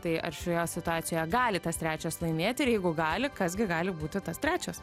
tai ar šioje situacijoje gali tas trečias laimėti ir jeigu gali kas gi gali būti tas trečias